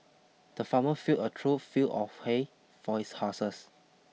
the farmer filled a trough full of hay for his horses